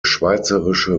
schweizerische